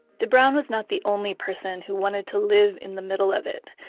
de bruijn was not the only person who wanted to live in the middle of it.